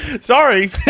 sorry